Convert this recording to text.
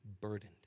burdened